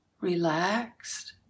relaxed